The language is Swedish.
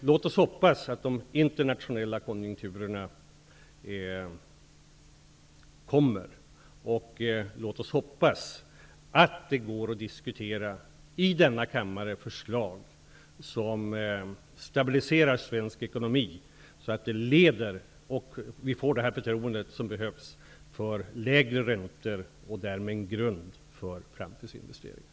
Låt oss hoppas att den internationella konjunkturen vänder. Låt oss hoppas att det går att diskutera förslag i denna kammare som stabiliserar den svenska ekonomin och leder till -- förutsatt att vi får det förtroende som behövs -- lägre räntor och därmed en grund för framtidsinvesteringar.